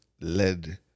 led